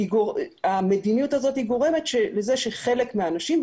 והמדיניות הזאת גורמת לכך שחלק מהאנשים,